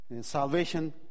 Salvation